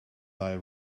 thy